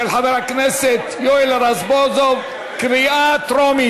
של חבר הכנסת יואל רזבוזוב, קריאה טרומית.